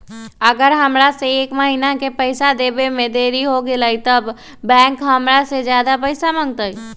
अगर हमरा से एक महीना के पैसा देवे में देरी होगलइ तब बैंक हमरा से ज्यादा पैसा मंगतइ?